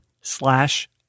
slash